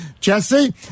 Jesse